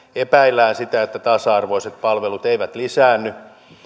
epäillään sitä että tasa arvoiset palvelut eivät lisäänny